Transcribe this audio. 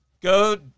Go